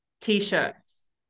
t-shirts